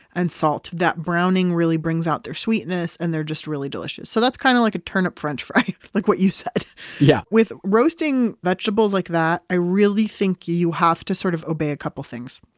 and salt. that browning really brings out their sweetness and they're just really delicious. so that's kind of like a turnip french fry, like what you said yeah with roasting vegetables like that, i really think you you have to sort of obey a couple things.